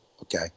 okay